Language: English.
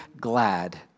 glad